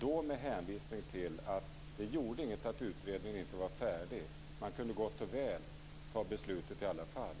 Då med hänvisning till att det inte gjorde något att utredningen inte var färdig. Man kunde gott och väl ta beslutet i alla fall.